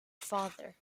father